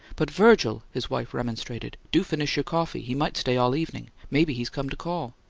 but, virgil, his wife remonstrated, do finish your coffee he might stay all evening. maybe he's come to call.